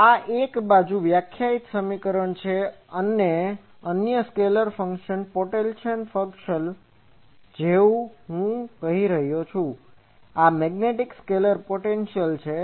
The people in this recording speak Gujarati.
તો આ એક બીજું વ્યાખ્યાયિત સમીકરણ છેતે અન્ય સ્કેલર ફંક્શન પોટેન્શિઅલ ફંક્શન છે જે હું કહી રહ્યો છું આ મેગ્નેટિક સ્કેલર પોટેન્શિઅલ છે